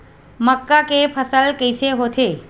मक्का के फसल कइसे होथे?